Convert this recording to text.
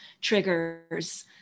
triggers